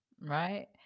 Right